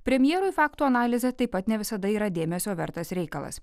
premjerui faktų analizė taip pat ne visada yra dėmesio vertas reikalas